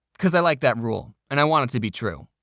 cause i like that rule, and i want it to be true.